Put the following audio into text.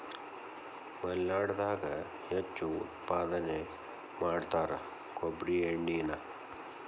ಮಲ್ನಾಡದಾಗ ಹೆಚ್ಚು ಉತ್ಪಾದನೆ ಮಾಡತಾರ ಕೊಬ್ಬ್ರಿ ಎಣ್ಣಿನಾ